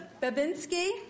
Babinski